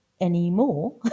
anymore